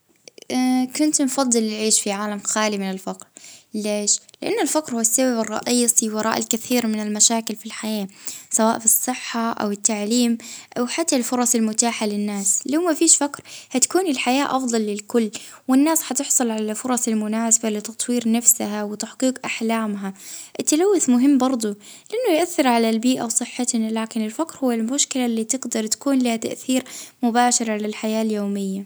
آ عالم بلا فجر العيش بكرامة حاجة أساسية.